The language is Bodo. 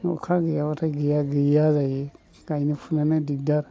अखा गैयाबाथाय गैया गैया जायो गायनो फुनोनो दिगदार